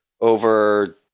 over